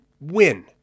win